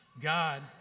God